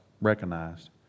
recognized